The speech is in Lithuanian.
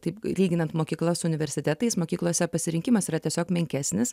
taip lyginant mokyklas su universitetais mokyklose pasirinkimas yra tiesiog menkesnis